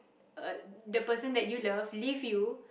uh the person that you love leave you